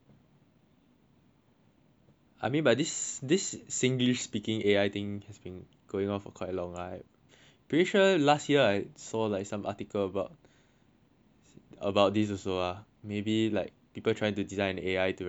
I mean but this this singlish speaking A_I thing has been going on for quite long [right] pretty sure last year I saw like some article about about this also ah maybe like people trying to design A_I to recognise singlish